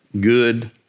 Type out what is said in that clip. good